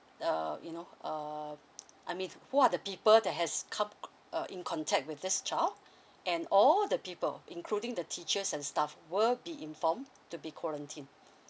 uh you know uh I mean who are the people that has co~ uh in contact with this child and all the people including the teachers and staffs will be informed to be quarantined